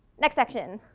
next section.